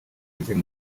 yizeye